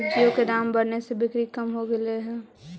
सब्जियों के दाम बढ़ने से बिक्री कम हो गईले हई